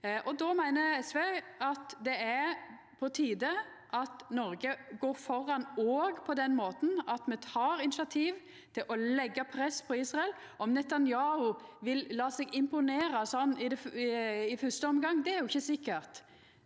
Då meiner SV det er på tide at Noreg går føre på den måten at me tek initiativ til å leggja press på Israel. Om Netanyahu vil la seg imponera sånn i fyrste omgang, er ikkje sikkert,